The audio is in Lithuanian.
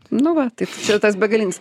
nu va taip čia tas begalinis